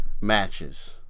matches